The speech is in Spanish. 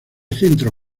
centro